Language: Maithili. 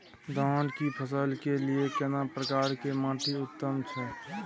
धान की फसल के लिये केना प्रकार के माटी उत्तम छै?